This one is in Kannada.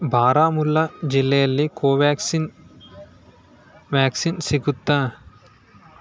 ಬಾರಾಮುಲ್ಲಾ ಜಿಲ್ಲೆಯಲ್ಲಿ ಕೋವ್ಯಾಕ್ಸಿನ್ ವ್ಯಾಕ್ಸಿನ್ ಸಿಗುತ್ತಾ